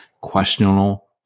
questionable